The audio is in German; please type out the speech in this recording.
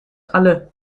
alle